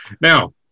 Now